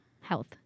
health